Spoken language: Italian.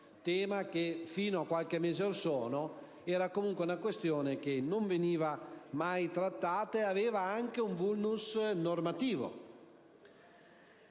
tema che fino a qualche mese fa era comunque una questione che non veniva mai trattata e presentava anche un *vulnus* normativo.